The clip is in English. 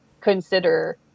consider